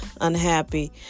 Unhappy